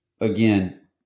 again